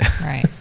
Right